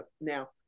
now